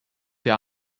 der